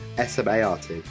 SMART